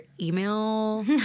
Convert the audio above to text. email